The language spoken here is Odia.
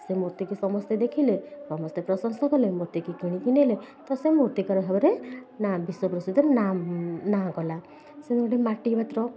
ସେ ମୂର୍ତ୍ତିକି ସମସ୍ତେ ଦେଖିଲେ ସମସ୍ତେ ପ୍ରଶଂସା କଲେ ମୂର୍ତ୍ତି କି କିଣିକି ନେଲେ ତ ସେ ମୂର୍ତ୍ତିକାର ଭାବରେ ନା ବିଶ୍ଵ ପ୍ରସିଦ୍ଧ ନାମ ନା କଲା ସେମିତି ମାଟିପାତ୍ର